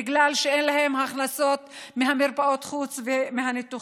בגלל שאין להם הכנסות ממרפאות החוץ ומהניתוחים,